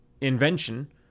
invention